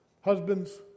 Husbands